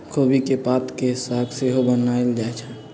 खोबि के पात के साग सेहो बनायल जाइ छइ